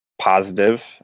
positive